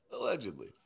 allegedly